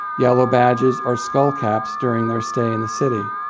yellow badges or skullcaps during their stay in the city.